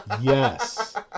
Yes